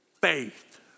Faith